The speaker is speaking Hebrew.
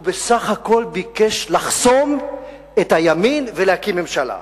הוא בסך הכול ביקש לחסום את הימין ולהקים ממשלה.